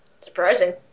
Surprising